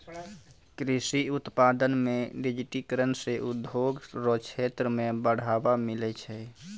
कृषि उत्पादन मे डिजिटिकरण से उद्योग रो क्षेत्र मे बढ़ावा मिलै छै